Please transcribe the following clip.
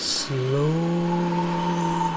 slowly